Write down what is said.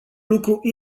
lucru